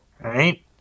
right